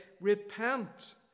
Repent